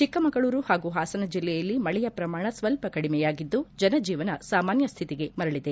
ಚಿಕ್ಕಮಗಳೂರು ಹಾಗೂ ಪಾಸನ ಜಿಲ್ಲೆಯಲ್ಲಿ ಮಳೆಯ ಪ್ರಮಾಣ ಸ್ವಲ್ಪ ಕಡಿಮೆಯಾಗಿದ್ದು ಜನಜೀವನ ಸಾಮಾನ್ಯ ಸ್ಥಿತಿಗೆ ಮರಳಿದೆ